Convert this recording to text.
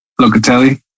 Locatelli